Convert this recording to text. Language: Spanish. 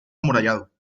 amurallado